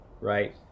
right